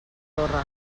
torre